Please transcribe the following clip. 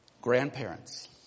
grandparents